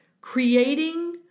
creating